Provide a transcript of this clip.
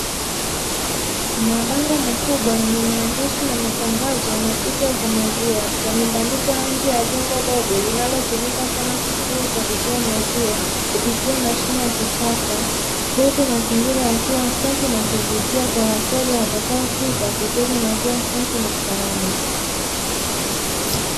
Mabango makubwa yenye maandishi na matangazo na picha za maziwa yamebandikwa nje ya jengo dogo linalotumika kama kituo cha kutoa maziwa kupitia mashine ya kisasa, huku mazingira yakiwa safi na kuvutia kwa wateja watakaofika kupata maziwa yaliyo safi na salama.